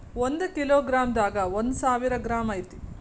ಒಂದ kilogram ದಾಗ ಒಂದ ಸಾವಿರ ಗ್ರಾಂ ಐತಿ